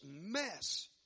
mess